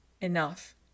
enough